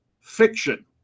fiction